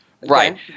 Right